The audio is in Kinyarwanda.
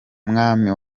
mwami